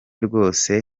rwose